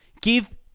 Give